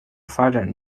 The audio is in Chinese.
发展